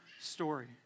story